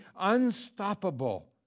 unstoppable